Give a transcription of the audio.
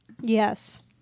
yes